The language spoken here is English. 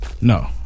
No